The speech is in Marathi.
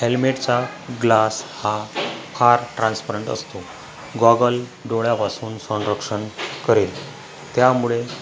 हेल्मेटचा ग्लास हा फार ट्रान्सपरंट असतो गॉगल डोळ्यापासून संरक्षण करेल त्यामुळे